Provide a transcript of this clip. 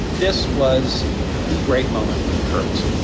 this was the great moment for the kurds.